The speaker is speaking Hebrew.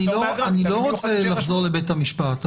אני לא רוצה לחזור לבית המשפט,